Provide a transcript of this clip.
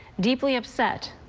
deeply upset,